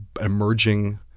emerging